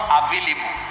available